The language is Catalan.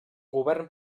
govern